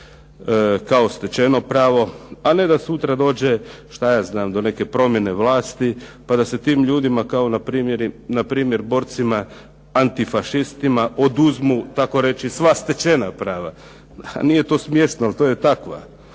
kao stečeno pravo, a ne da sutra dođe šta ja znam do neke promjene vlasti, pa da se tim ljudima kao na primjer borcima antifašistima oduzmu takoreći sva stečena prava. Nije to smiješno, ali to je tako.